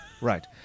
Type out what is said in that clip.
Right